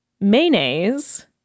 mayonnaise